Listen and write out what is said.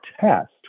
test